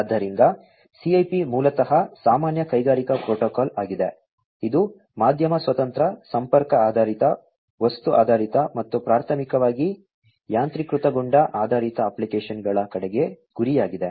ಆದ್ದರಿಂದ CIP ಮೂಲತಃ ಸಾಮಾನ್ಯ ಕೈಗಾರಿಕಾ ಪ್ರೋಟೋಕಾಲ್ ಆಗಿದೆ ಇದು ಮಾಧ್ಯಮ ಸ್ವತಂತ್ರ ಸಂಪರ್ಕ ಆಧಾರಿತ ವಸ್ತು ಆಧಾರಿತ ಮತ್ತು ಪ್ರಾಥಮಿಕವಾಗಿ ಯಾಂತ್ರೀಕೃತಗೊಂಡ ಆಧಾರಿತ ಅಪ್ಲಿಕೇಶನ್ಗಳ ಕಡೆಗೆ ಗುರಿಯಾಗಿದೆ